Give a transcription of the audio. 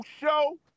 show